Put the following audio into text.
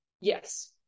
yes